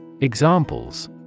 Examples